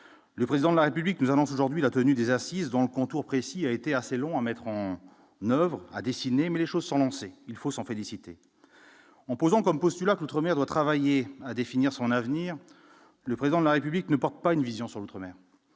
le président de la République nous annonce aujourd'hui la tenue des assises dans le contour précis a été assez long à mettre en 9 à dessiner, mais les choses sont lancées, il faut s'en féliciter, en posant comme postulat que outre-mer travailler à définir son avenir, le président de la République ne porte pas une vision sur l'outre-mer,